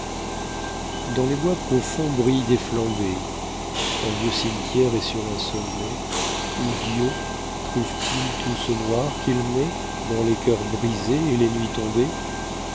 dans les bois profonds brillent des flambées un vieux cimetière est sur un sommet où dieu trouve-t-il tout ce noir qu'il met dans les cœurs brisés et les nuits tombées